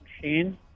machine